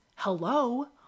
Hello